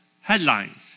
headlines